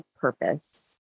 purpose